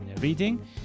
reading